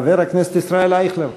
חבר הכנסת ישראל אייכלר.